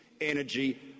energy